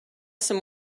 some